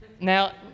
Now